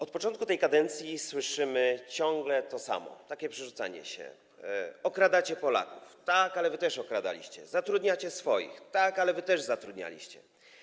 Od początku tej kadencji słyszymy ciągle to samo, takie przerzucanie się: okradacie Polaków - tak, ale wy też okradaliście; zatrudniacie swoich - tak, ale wy też zatrudnialiście.